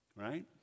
Right